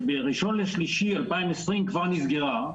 שב-1.3.2020 כבר נסגרה,